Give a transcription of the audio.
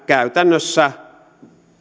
käytännössä